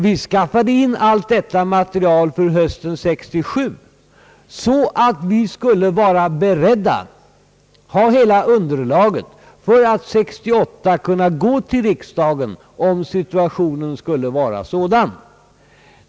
Vi skaffade in materialet hösten 1967 så att vi skulle ha hela underlaget för att under år 1968 kunna gå till riksdagen, om vi bedömde det vara möjligt.